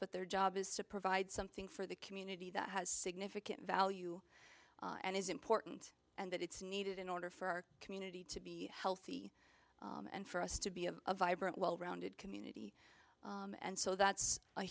but their job is to provide something for the community that has significant value and is important and that it's needed in order for our community to be healthy and for us to be a vibrant well rounded commune and so that's a